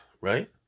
right